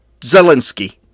Zelensky